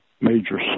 major